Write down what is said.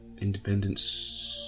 Independence